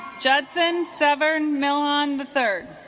judson severn mill on the third